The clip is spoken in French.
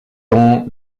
ans